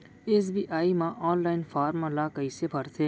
SBI म online form ल कइसे भरथे?